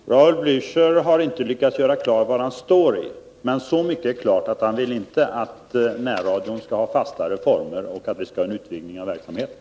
Herr talman! Raul Blächer har inte lyckats göra klart vad han står för. Men så mycket är klart att han inte vill att närradion skall ha fastare former eller att vi skall utvidga verksamheten.